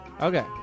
Okay